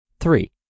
three